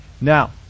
Now